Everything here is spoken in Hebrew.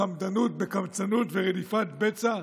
בקמצנות וברדיפת בצע,